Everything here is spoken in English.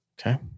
Okay